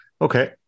Okay